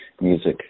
music